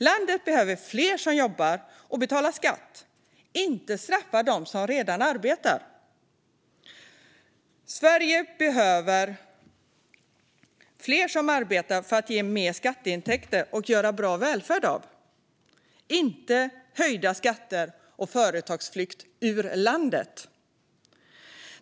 Landet behöver fler som jobbar och betalar skatt. Landet ska inte straffa dem som redan arbetar. Sverige behöver fler som arbetar för att ge mer skatteintäkter att göra bra välfärd av - inte höjda skatter och företagsflykt ur landet.